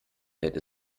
fällt